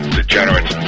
Degenerate